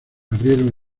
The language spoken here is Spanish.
abrieron